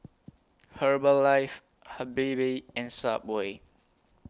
Herbalife Habibie and Subway